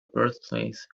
birthplace